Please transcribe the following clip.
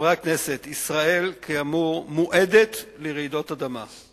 חברי הכנסת, ישראל, כאמור, מועדת לרעידות אדמה.